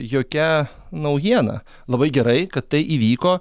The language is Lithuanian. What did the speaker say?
jokia naujiena labai gerai kad tai įvyko